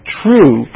true